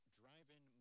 drive-in